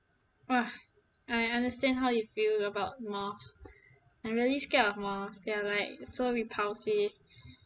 !wah! I understand how you feel about moths I'm really scared of moths they are like so repulsive